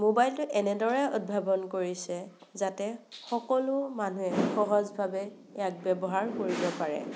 মোবাইলটো এনেদৰে উদ্ভাৱন কৰিছে যাতে সকলো মানুহে সহজভাৱে ইয়াক ব্যৱহাৰ কৰিব পাৰে